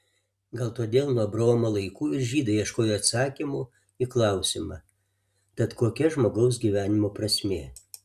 gal todėl nuo abraomo laikų ir žydai ieškojo atsakymų į klausimą tad kokia žmogaus gyvenimo prasmė